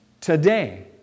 today